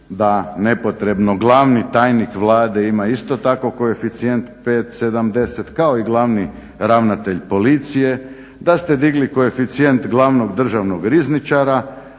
da nepotrebno, glavni tajnik Vlade ima isto tako koeficijent 5.70 kao i glavni ravnatelj policije, da ste digli koeficijent glavnog državnog rizničara,